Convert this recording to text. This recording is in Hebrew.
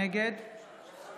נגד